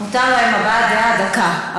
מותרת להם הבעת דעה, דקה.